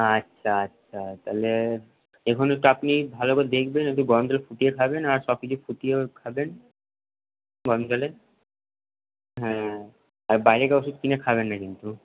আচ্ছা আচ্ছা তাহলে এখন তো আপনি ভালো করে দেখবেন একটু গরম জল ফুটিয়ে খাবেন আর সবকিছু ফুটিয়েও খাবেন গরম জলে হ্যাঁ আর বাইরে কারোর থেকে ওষুধ কিনে খাবেন না কিন্তু